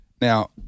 Now